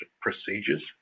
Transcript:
procedures